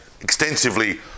extensively